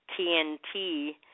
TNT